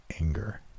anger